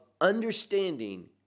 understanding